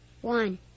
One